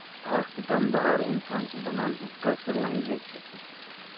اکھ دَم دار اِنسان چھُ بَنان کٲشُر لینگویج سۭتۍ